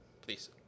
please